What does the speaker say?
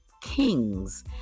Kings